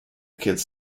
kids